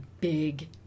big